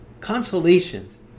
consolations